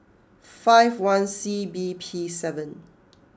five one C B P seven